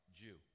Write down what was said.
Jew